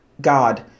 God